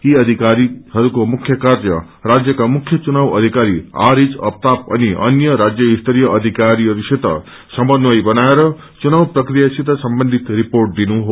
यी अधिकारीहरूको मुख्य कार्य राज्यका मुख्य चुनाव अधिकरी आरिज अफताफ अनि अन्य राज्य स्तरीय अधिकारीहरूसित समन्वय बनाउर चुनाव प्रक्रियासित सम्बन्धित रिपोेअ दिनु हो